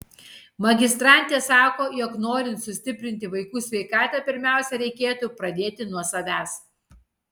magistrantė sako jog norint sustiprinti vaikų sveikatą pirmiausia reikėtų pradėti nuo savęs